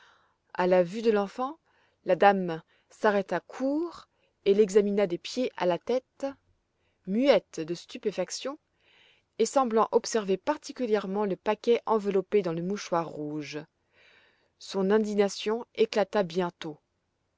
a la vue de l'enfant la dame s'arrêta court et l'examina des pieds à la tête muette de stupéfaction et semblant observer particulièrement le paquet enveloppé dans le mouchoir rouge son indignation éclata bientôt